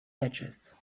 edges